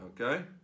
okay